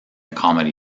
comedy